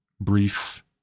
brief